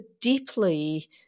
deeply